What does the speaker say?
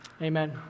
Amen